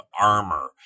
armor